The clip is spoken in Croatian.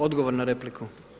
Odgovor na repliku.